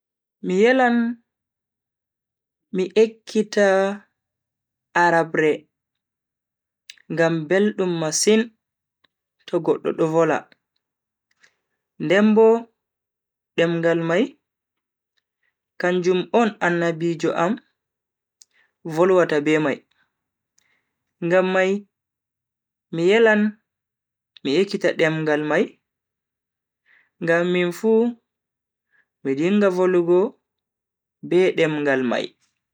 Mi yelan mi ekkita arabre ngam beldum masin to goddo do vola. Den bo demngal mai kanjum on annabijo am volwata be mai, ngam mai mi yelan mi ekkita demngal mai ngam minfu mi dinga volugo be demngal mai.